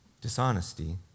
dishonesty